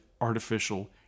artificial